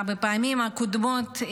גם בפעמים הקודמות,